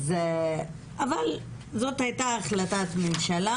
אבל זאת הייתה החלטת ממשלה,